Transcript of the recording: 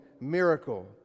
miracle